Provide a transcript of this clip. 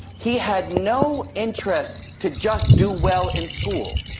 he had no interest to just do well in school.